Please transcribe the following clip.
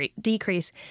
decrease